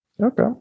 Okay